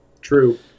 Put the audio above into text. true